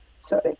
Sorry